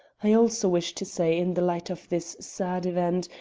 i also wish to say in the light of this sad event,